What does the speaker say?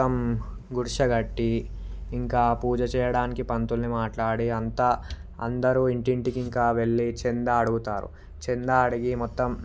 గుడిసె కట్టి ఇంకా పూజ చేయడానికి పంతుల్ని మాట్లాడి అంతా అందరూ ఇంటి ఇంటికి ఇంకా వెళ్ళి చందా అడుగుతారు చందా అడిగి మొత్తం